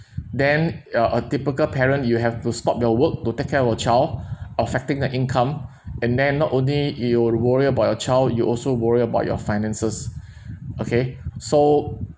then you are a typical parent you have to stop your work to take care of your child affecting your income and then not only you worry about your child you also worry about your finances okay so